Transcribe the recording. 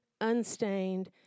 unstained